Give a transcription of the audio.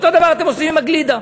אותו דבר אתם עושים עם הגלידה.